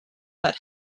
but